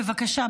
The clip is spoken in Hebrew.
בבקשה,